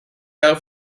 jahre